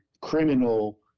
criminal